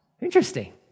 Interesting